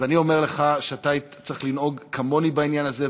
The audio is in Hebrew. ואני אומר לך שאתה היית צריך לנהוג כמוני בעניין הזה,